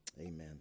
amen